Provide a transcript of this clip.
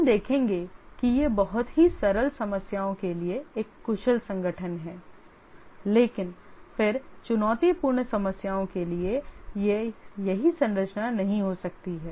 हम देखेंगे कि यह बहुत ही सरल समस्याओं के लिए एक कुशल संगठन है लेकिन फिर चुनौतीपूर्ण समस्याओं के लिए यह सही संरचना नहीं हो सकती है